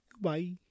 Bye